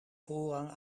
voorrang